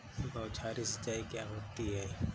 बौछारी सिंचाई क्या होती है?